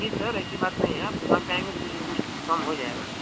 नहीं सर ऐसी बात नहीं है आप दुकान पर आएंगे कुछ न कुछ कम हो जाएगा